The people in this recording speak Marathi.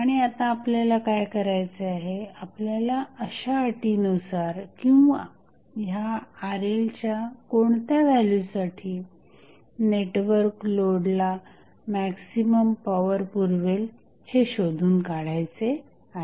आणि आता आपल्याला काय करायचे आहे आपल्याला अशा कोणत्या अटीनुसार किंवा ह्या RLच्या कोणत्या व्हॅल्यूसाठी नेटवर्क लोडला मॅक्झिमम पॉवर पुरवेल हे शोधून काढायचे आहे